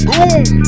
Boom